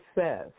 says